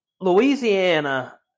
Louisiana